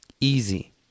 Easy